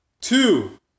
Two